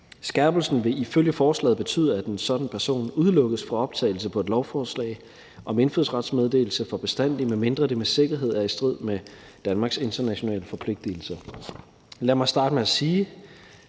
Skærpelsen vil ifølge forslaget betyde, at en sådan person udelukkes fra optagelse på et lovforslag om indfødsrets meddelelse for bestandig, medmindre det med sikkerhed er i strid med Danmarks internationale forpligtelser. Lad mig starte med at sige,